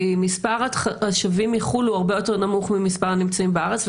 כי מספר השבים מחו"ל הוא הרבה יותר נמוך ממספר הנמצאים בארץ,